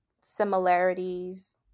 similarities